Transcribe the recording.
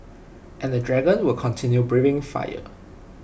and the dragon will continue breathing fire